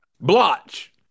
Blotch